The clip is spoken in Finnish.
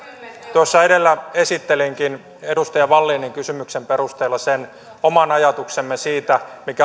tuossa edellä esittelinkin edustaja wallinin kysymyksen perusteella sen oman ajatuksemme siitä mikä